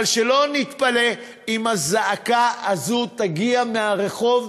אבל שלא נתפלא אם הזעקה הזו תגיע מהרחוב,